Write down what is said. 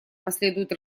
последуют